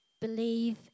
Believe